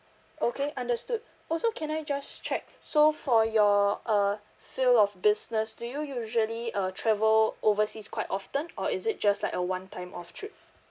okay understood also can I just check so for your uh field of business do you usually uh travel overseas quite often or is it just like a one time off trip